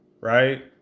right